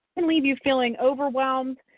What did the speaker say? can leave you feeling overwhelmed,